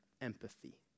empathy